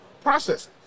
process